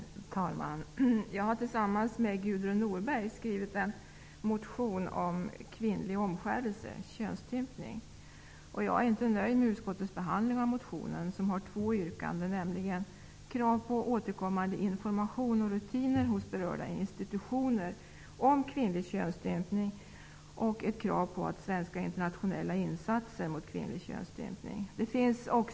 Herr talman! Jag har tillsammans med Gudrun Norberg skrivit en motion om kvinnlig omskärelse eller könsstympning, vilken har två yrkanden: krav på återkommande information och på att det skall finnas rutiner hos berörda institutioner vad gäller kvinnlig könsstympning, och krav på svenska internationella insatser mot kvinnlig könsstympning. Jag är inte nöjd med utskottets behandling av motionen.